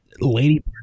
Lady